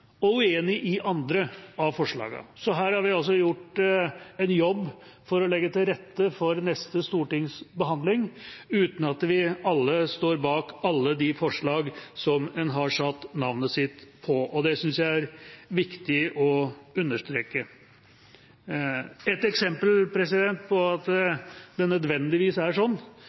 og enig i andre av forslagene. Her har vi altså gjort en jobb for å legge til rette for neste stortings behandling uten at vi alle står bak alle de forslagene som en har satt navnet sitt på. Det synes jeg er viktig å understreke. Et eksempel på at det nødvendigvis er sånn,